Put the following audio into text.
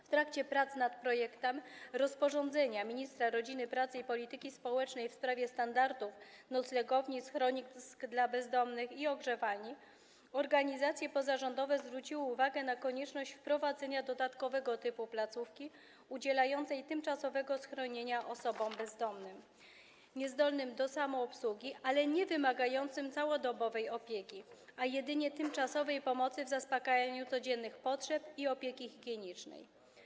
W trakcie prac nad projektem rozporządzenia ministra rodziny, pracy i polityki społecznej w sprawie standardów noclegowni, schronisk dla bezdomnych i ogrzewalni organizacje pozarządowe zwróciły uwagę na konieczność wprowadzenia dodatkowego typu placówki udzielającej tymczasowego schronienia osobom bezdomnym niezdolnym do samoobsługi, ale niewymagającym całodobowej opieki, lecz jedynie tymczasowej pomocy w zaspokajaniu codziennych potrzeb i opieki higienicznej.